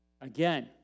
Again